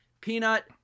peanut